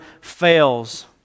fails